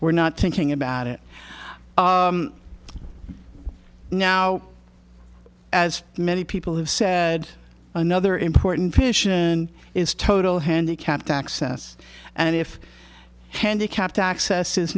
were not thinking about it now as many people have said another important position is total handicapped access and if handicapped access is